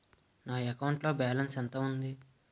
నా అకౌంట్ లో బాలన్స్ ఎంత ఉంది?